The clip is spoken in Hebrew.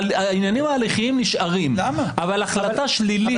העניינים ההליכיים נשארים אבל החלטה שלילית